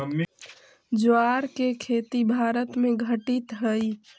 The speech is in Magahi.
ज्वार के खेती भारत में घटित हइ